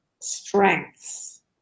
strengths